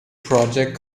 project